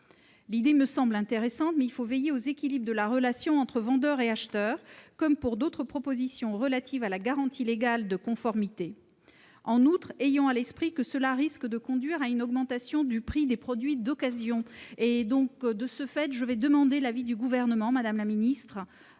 L'idée me semble intéressante, mais il faut veiller aux équilibres de la relation entre vendeur et acheteur, comme pour les autres propositions relatives à la garantie légale de conformité. En outre, ayons à l'esprit que cela risquerait de conduire à une augmentation du prix des produits d'occasion. La commission demande l'avis du Gouvernement sur cet amendement.